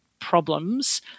Problems